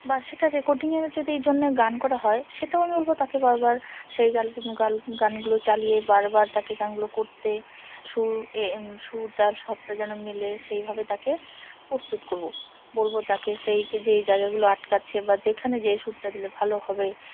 বা সেটা রেকর্ডিংয়ের যদি এই জন্যে গান করা হয় সেটাও আমি বলবো তাকে বারবার সেই গ গাল গানগুলো চালিয়ে বারবার তাকে গানগুলো করতে সুর এ সুর তাল সবটা যেন মিলে সেইভাবে তাকে প্রস্তুত করবো বলবো তাকে সেই যেই জায়গাগুলো আটকাচ্ছে বা যেখানে যে সুরটা দিলে ভালো হবে